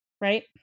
Right